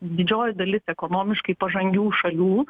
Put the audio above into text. didžioji dalis ekonomiškai pažangių šalių